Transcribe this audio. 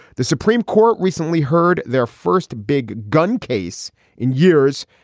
the supreme court recently heard their first big gun case in years,